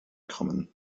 common